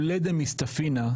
לולא דמסתפינא,